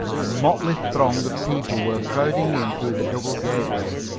a motley throng of people were crowding in through the double gateway.